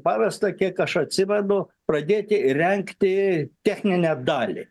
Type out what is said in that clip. pavesta kiek aš atsimenu pradėti rengti techninę dalį